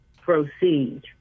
proceed